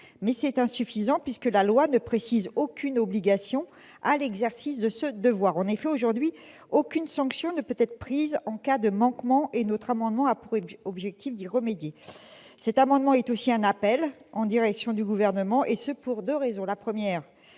mais c'est insuffisant, puisque la loi ne précise aucune obligation à l'exercice de ce devoir. En effet, aujourd'hui, aucune sanction ne peut être prise en cas de manquement. Notre amendement a pour objet d'y remédier. Cet amendement est aussi un appel en direction du Gouvernement, avec pour objectifs,